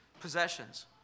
possessions